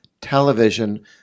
television